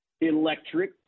electric